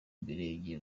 imirenge